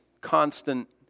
constant